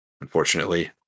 Unfortunately